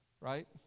Right